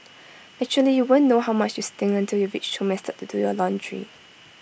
actually you won't know how much you stink until you reach home and start to do your laundry